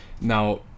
Now